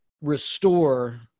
restore